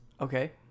Okay